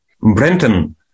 Brenton